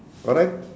correct